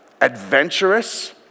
Adventurous